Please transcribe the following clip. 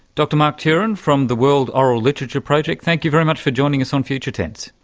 dr mark turin from the world oral literature project, thank you very much for joining us on future tense.